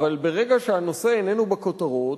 אבל ברגע שהנושא איננו בכותרת,